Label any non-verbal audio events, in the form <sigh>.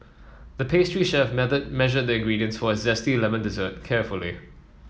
the pastry chef <unintelligible> measured the ingredients for a zesty lemon dessert carefully